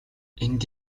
энд